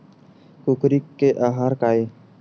कुकरी के आहार काय?